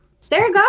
Sarah